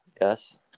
yes